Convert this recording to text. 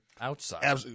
outside